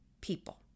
people